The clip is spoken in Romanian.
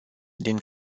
din